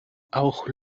auch